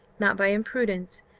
not by imprudence,